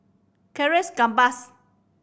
Charles Gamba